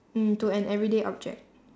mm to an everyday object